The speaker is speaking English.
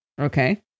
Okay